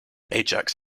ajax